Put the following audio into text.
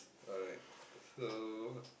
alright so